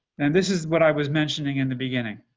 and this is what i was mentioning in the beginning.